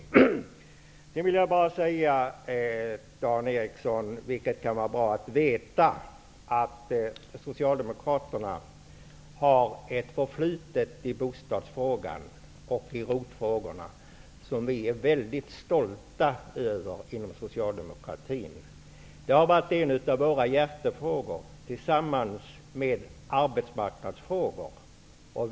Sedan vill jag säga till Dan Eriksson -- det kan vara bra att veta -- att Socialdemokraterna har ett förflutet i bostadsfrågan och i ROT-frågorna som vi är väldigt stolta över. Det har varit en av våra hjärtefrågor tillsammans med arbetsmarknadsfrågor.